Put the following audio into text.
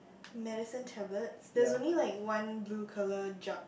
medicine tablets there's only like one blue colour jug